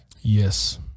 yes